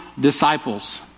disciples